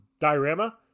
diorama